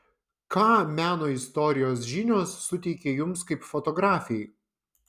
ką meno istorijos žinios suteikia jums kaip fotografei